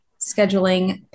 scheduling